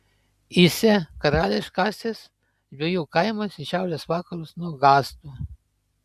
įsė karališkasis žvejų kaimas į šiaurės vakarus nuo gastų